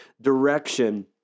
direction